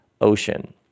Ocean